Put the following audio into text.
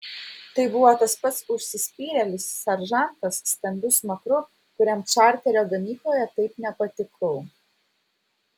tai buvo tas pats užsispyrėlis seržantas stambiu smakru kuriam čarterio gamykloje taip nepatikau